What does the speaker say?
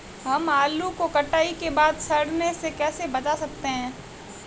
हम आलू को कटाई के बाद सड़ने से कैसे बचा सकते हैं?